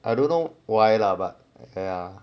I don't know why lah but ya